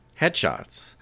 headshots